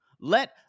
Let